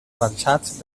avançats